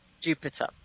Jupiter